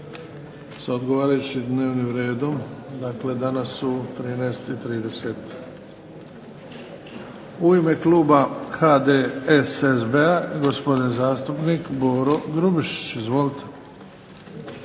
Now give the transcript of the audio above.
sa odgovarajućim dnevnim redom, dakle danas u 13 i 30. U ime kluba HDSSB-a, gospodin zastupnik Boro Grubišić. Izvolite.